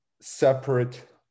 separate